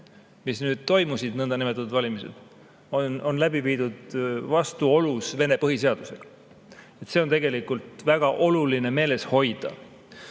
mis nüüd toimusid, nõndanimetatud valimised, on läbi viidud vastuolus Vene põhiseadusega. Seda on tegelikult väga oluline meeles hoida.